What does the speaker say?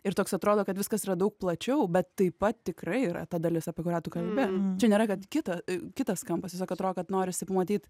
ir toks atrodo kad viskas yra daug plačiau bet taip pat tikrai yra ta dalis apie kurią tu kalbi čia nėra kad kita kitas kampas tiesiog atrodo kad norisi pamatyt